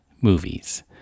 movies